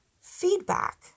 Feedback